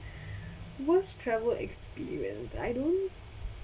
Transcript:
worst travel experience I don't